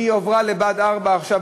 היא עברה לבה"ד 4 עכשיו,